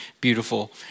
beautiful